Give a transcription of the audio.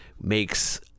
makes